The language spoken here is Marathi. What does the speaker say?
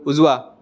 उजवा